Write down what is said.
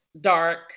dark